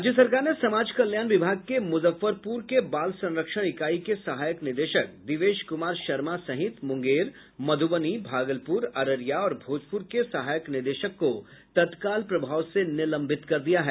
राज्य सरकार ने समाज कल्याण विभाग के मुजफ्फरपुर के बाल संरक्षण इकाई के सहायक निदेशक दिवेश कुमार शर्मा सहित मुंगेर मधुबनी भागलपुर अररिया और भोजपुर के सहायक निदेशक को तत्काल प्रभाव से निलंबित कर दिया है